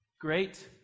Great